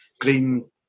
green